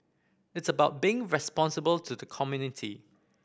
it's about being responsible to the community